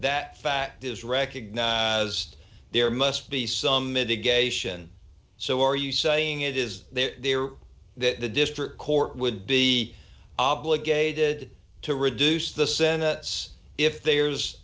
that fact is recognized there must be some mitigation so are you saying it is there that the district court would be obligated to reduce the senate if there's